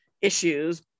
issues